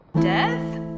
Death